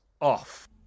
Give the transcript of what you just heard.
off